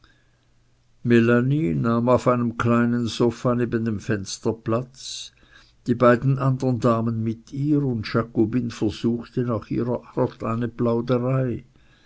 auf einem kleinen sofa neben dem fenster platz die beiden anderen damen mit ihr und jakobine versuchte nach ihrer art eine plauderei